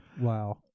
Wow